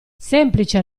semplice